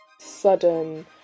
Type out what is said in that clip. sudden